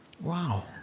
wow